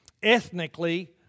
ethnically